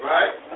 Right